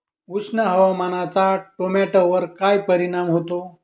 उष्ण हवामानाचा टोमॅटोवर काय परिणाम होतो?